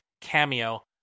cameo